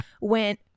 went